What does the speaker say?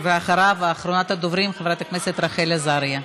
אחריו, אחרונת הדוברים, חברת הכנסת רחל עזריה.